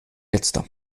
letzter